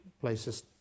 places